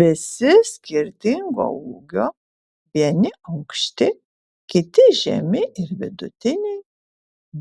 visi skirtingo ūgio vieni aukšti kiti žemi ir vidutiniai